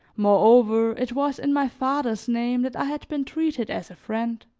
moreover, it was in my father's name that i had been treated as a friend.